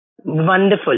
Wonderful